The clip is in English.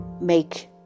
make